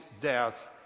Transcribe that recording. death